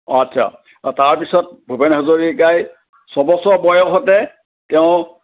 অঁ আচ্ছা তাৰপিছত ভূপেন হাজৰিকাই ছবছৰ বয়সতে তেওঁ